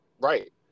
Right